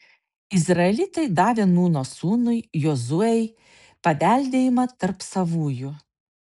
izraelitai davė nūno sūnui jozuei paveldėjimą tarp savųjų